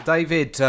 David